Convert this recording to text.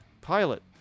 pilot